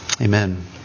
Amen